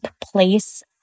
place